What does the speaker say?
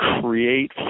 create